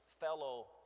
fellow